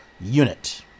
unit